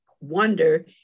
wonder